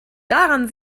daran